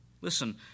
Listen